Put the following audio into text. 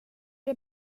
det